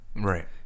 Right